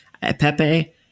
Pepe